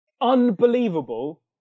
unbelievable